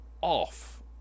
off